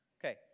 Okay